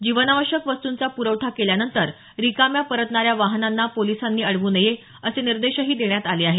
जीवनावश्यक वस्तूंचा प्रवठा केल्यानंतर रिकाम्या परतणाऱ्या वाहनांना पोलिसांनी अडवू नये असेही निर्देश देण्यात आले आहेत